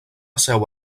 seu